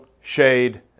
shade